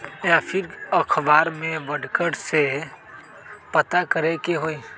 या फिर अखबार में पढ़कर के पता करे के होई?